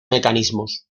mecanismos